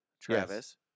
Travis